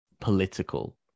political